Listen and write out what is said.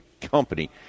Company